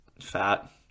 fat